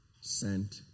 sent